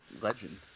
legend